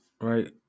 right